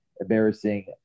embarrassing